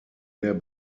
der